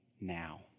now